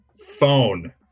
Phone